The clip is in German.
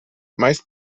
meist